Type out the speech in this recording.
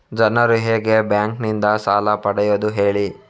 ಜನರು ಹೇಗೆ ಬ್ಯಾಂಕ್ ನಿಂದ ಸಾಲ ಪಡೆಯೋದು ಹೇಳಿ